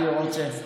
אני רוצה.